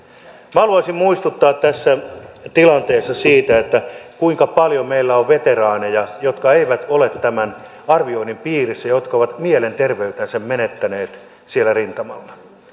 minä haluaisin muistuttaa tässä tilanteessa siitä kuinka paljon meillä on veteraaneja jotka eivät ole tämän arvioinnin piirissä ja jotka ovat mielenterveytensä menettäneet siellä rintamalla